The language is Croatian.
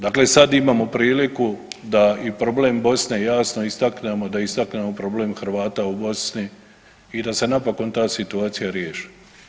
Dakle, sad imamo priliku da i problem Bosne jasno istaknemo, da istaknemo problem Hrvata u Bosni i da se napokon ta situacija riješi.